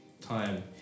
time